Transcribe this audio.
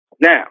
now